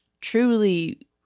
truly